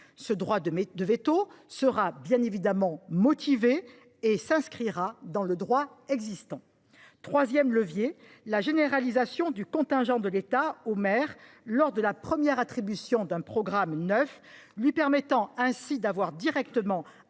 Ce droit de veto sera motivé et s’inscrira dans le droit existant. Troisièmement, généraliser la délégation du contingent de l’État au maire lors de la première attribution d’un programme neuf, lui permettant ainsi d’avoir directement